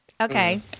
Okay